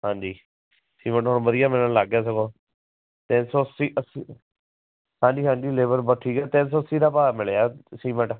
ਹਾਂਜੀ ਸੀਮਿੰਟ ਹੁਣ ਵਧੀਆ ਮਿਲਣ ਲੱਗ ਗਿਆ ਸਗੋ ਤਿੰਨ ਸੌ ਅੱਸੀ ਅੱਸੀ ਹਾਂਜੀ ਹਾਂਜੀ ਲੇਬਰ ਬਸ ਠੀਕ ਹੈ ਤਿੰਨ ਸੌ ਅੱਸੀ ਦਾ ਭਾਅ ਮਿਲਿਆ ਸੀਮਿੰਟ